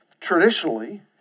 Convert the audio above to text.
traditionally